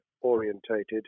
orientated